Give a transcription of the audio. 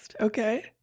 Okay